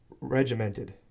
regimented